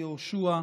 יהושע.